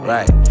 Right